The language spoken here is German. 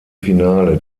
finale